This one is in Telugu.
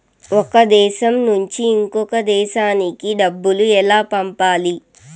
ఒక దేశం నుంచి ఇంకొక దేశానికి డబ్బులు ఎలా పంపాలి?